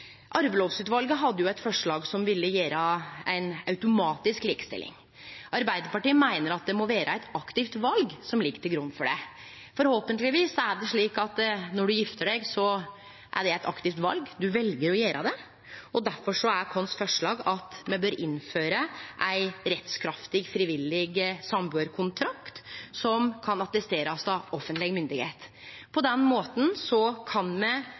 hadde eit forslag som ville gje ei automatisk likestilling. Arbeidarpartiet meiner at det må vere eit aktivt val som ligg til grunn for det. Forhåpentleg er det slik at når du gifter deg, så er det eit aktivt val, du vel å gjere det, og difor er forslaget vårt at me bør innføre ei rettskraftig frivillig sambuarkontrakt som kan attesterast av offentleg myndigheit. På den måten kan me